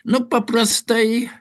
nu paprastai